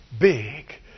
big